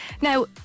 Now